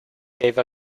gave